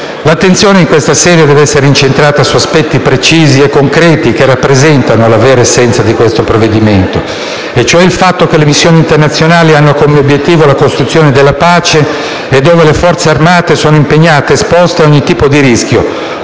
L'attenzione in questa sede deve essere incentrata su aspetti precisi e concreti che rappresentano la vera essenza di questo provvedimento, e cioè il fatto che le missioni internazionali hanno come obiettivo la costruzione della pace e vedono le Forze armate impegnate ed esposte a ogni tipo di rischio